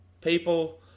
people